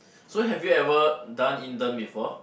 so have you ever done intern before